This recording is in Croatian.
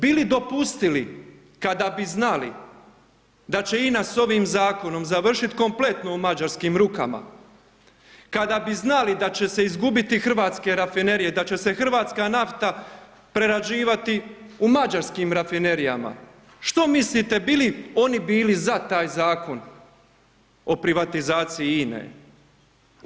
Bili dopustili kada bi znali da će INA s ovim zakonom završit kompletno u mađarskim rukama, kada bi znali da će se izgubiti hrvatske rafinerije, da će se hrvatska nafta prerađivati u mađarskim rafinerijama, što mislite bi li oni bili za taj Zakon o privatizaciji INA-e?